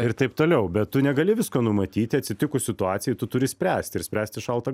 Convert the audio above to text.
ir taip toliau bet tu negali visko numatyti atsitikus situacijai tu turi spręsti ir spręsti šaltą